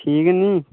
ठीक नि